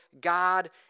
God